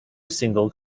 single